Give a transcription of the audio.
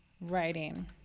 writing